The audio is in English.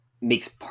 makes